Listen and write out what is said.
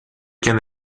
quién